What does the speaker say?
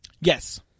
Yes